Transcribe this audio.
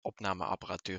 opnameapparatuur